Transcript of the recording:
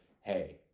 hey